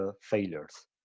failures